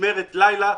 משמרת לילה,